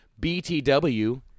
BTW